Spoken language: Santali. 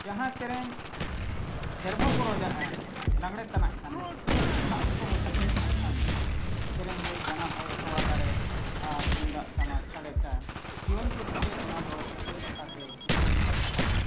ᱡᱟᱦᱟᱸ ᱥᱮᱨᱮᱧ ᱰᱷᱮᱨᱵᱚᱱ ᱜᱚᱨᱚᱡᱟᱜᱼᱟ ᱞᱟᱜᱽᱬᱮ ᱛᱟᱱᱟᱜ ᱠᱷᱟᱱ ᱚᱱᱟ ᱚᱠᱛᱚ ᱵᱚᱱ ᱥᱮᱴᱮᱨ ᱠᱚᱜ ᱠᱷᱟᱱ ᱫᱚ ᱥᱮᱨᱮᱧ ᱨᱟᱹᱲ ᱡᱟᱱᱟᱢ ᱟᱭᱳ ᱛᱚᱣᱟ ᱫᱟᱨᱮ ᱟᱨ ᱛᱩᱢᱫᱟᱜ ᱴᱟᱢᱟᱠ ᱥᱟᱰᱮ ᱠᱟᱱ ᱡᱤᱭᱚᱱ ᱪᱩᱨᱤᱛᱨᱮ ᱚᱱᱟ ᱫᱚ ᱚᱠᱚᱭ ᱠᱟᱛᱷᱟᱛᱮ ᱪᱤᱛᱟᱹᱨ ᱞᱮᱠᱟ ᱪᱷᱟᱯᱟ ᱠᱚᱜᱼᱟ